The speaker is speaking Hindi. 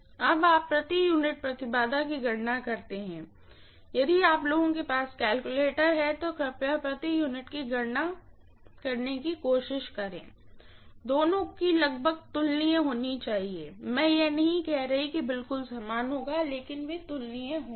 अब आप प्रति यूनिट की गणना करते हैं यदि आप लोगों के पास कैलकुलेटर है तो कृपया प्रति यूनिट की गणना करने की कोशिश करें दोनों को लगभग तुलनीय होना चाहिए मैं यह नहीं कह रही हूँ कि बिल्कुल समान होगा लेकिन वे तुलनीय होंगे